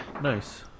Nice